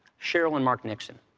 cheryl and mark nixon